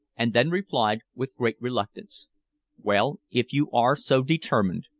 and then replied with great reluctance well, if you are so determined,